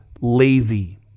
lazy